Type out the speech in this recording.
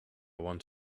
want